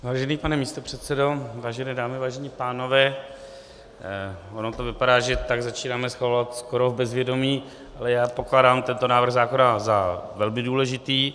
Vážený pane místopředsedo, vážené dámy, vážení pánové, ono to vypadá, že začínáme schvalovat skoro v bezvědomí, ale já pokládám tento návrh zákona za velmi důležitý.